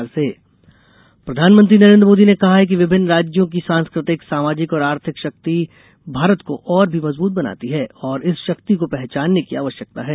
मोदी संस्कृति प्रधानमंत्री नरेन्द्र मोदी ने कहा है कि विभिन्न राज्यों की सांस्कृतिक सामाजिक और आर्थिक शक्ति भारत को और भी मजबूत बनाती है और इस शक्ति को पहचानने की आवश्यकता है